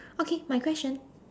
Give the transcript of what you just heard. okay my question